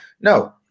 No